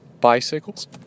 Bicycles